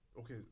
okay